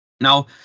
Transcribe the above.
Now